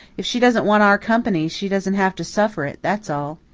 if she doesn't want our company, she doesn't have to suffer it, that's all.